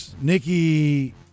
Nikki